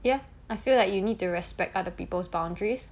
ya I feel like you need to respect other people's boundaries